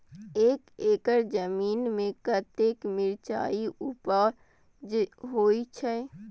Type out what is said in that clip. एक एकड़ जमीन में कतेक मिरचाय उपज होई छै?